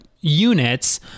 Units